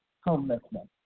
homelessness